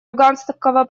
афганского